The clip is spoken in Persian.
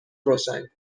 روشن